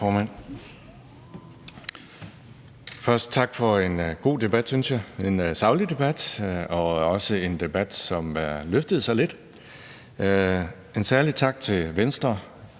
tak for en god debat, en saglig debat og en debat, som løftede sig lidt. En særlig tak til Venstre,